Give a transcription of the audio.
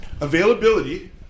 Availability